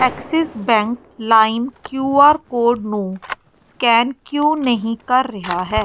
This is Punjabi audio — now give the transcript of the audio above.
ਐਕਸਿਸ ਬੈਂਕ ਲਾਇਮ ਕਿਊ ਆਰ ਕੋਡ ਨੂੰ ਸਕੈਨ ਕਿਉਂ ਨਹੀਂ ਕਰ ਰਿਹਾ ਹੈ